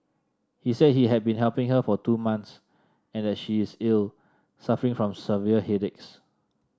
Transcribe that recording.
he said he had been helping her for two months and that she is ill suffering from severe headaches